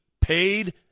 paid